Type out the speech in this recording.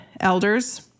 elders